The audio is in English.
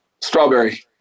strawberry